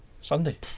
Sunday